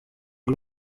ari